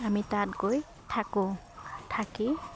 আমি তাত গৈ থাকোঁ থাকি